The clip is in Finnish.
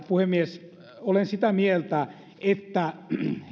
puhemies olen sitä mieltä